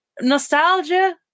nostalgia